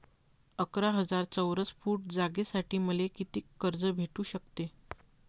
अकरा हजार चौरस फुट जागेसाठी मले कितीक कर्ज भेटू शकते?